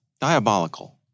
Diabolical